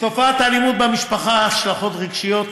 לתופעת האלימות במשפחה יש השלכות רגשיות,